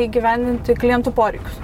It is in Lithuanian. įgyvendinti klientų poreikius